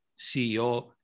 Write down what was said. CEO